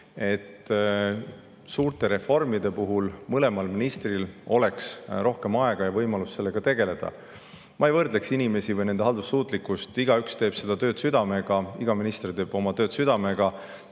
et suurte reformide puhul oleks mõlemal ministril rohkem aega ja võimalust nendega tegeleda. Ma ei võrdleks inimesi või nende haldussuutlikkust. Igaüks teeb tööd südamega, iga minister teeb oma tööd südamega.